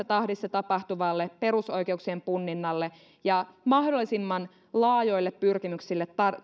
tahdissa tapahtuvalle perusoikeuksien punninnalle ja mahdollisimman laajoille pyrkimyksille